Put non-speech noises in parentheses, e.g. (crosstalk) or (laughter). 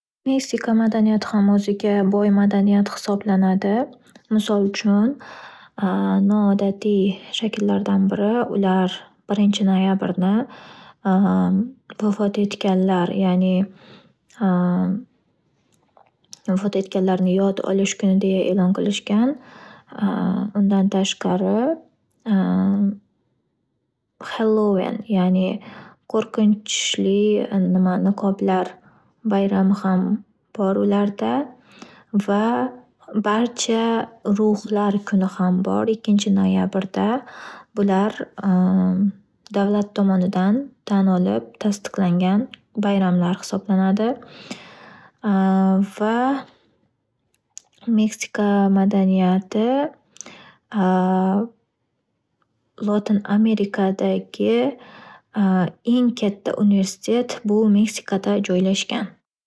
Meksika madaniyati ham o’ziga boy madaniyat hisoblanadi. Misol uchun (hesitation) noodatiy shakllardan biri ular birinchi noyabrni (hesitation) vafot etganlar ya’ni (hesitation) vafot etganlarni yod olish kuni deya elon qilishgan. (hesitation) Undan tashqari (hesitation) hellowen qo’rqinchli nima niqoblar bayrami ham bor ularda va barcha ruhlar kuni ham bor ikkinchi noyabrda bular (hesitation) davlat tomonidan tan olinib tastiqlangan bayramlar hisoblanadi va (hesitation) meksika madaniyati (hesitation) lotin amerikadagi (hesitation) eng katta universitet u meksikada joylashgan.